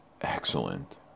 excellent